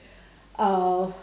uh